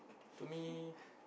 to me